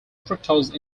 fructose